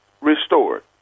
restored